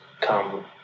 come